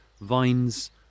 vines